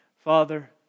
Father